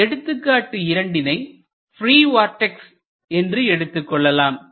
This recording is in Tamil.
இந்த எடுத்துக்காட்டு இரண்டினை ப்ரீ வார்டெக்ஸ் என்று எடுத்துக்கொள்ளலாம்